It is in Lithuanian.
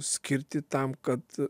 skirti tam kad